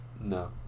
No